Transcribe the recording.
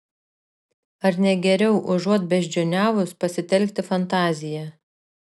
ar ne geriau užuot beždžioniavus pasitelkti fantaziją